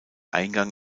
eingang